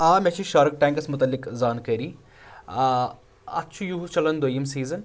آ مےٚ چھِ شارٕک ٹینٛکَس متعلق زانکٲری اَتھ چھُ یُہُس چَلَان دٔیُم سیٖزَن